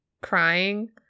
crying